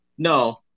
No